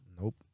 Nope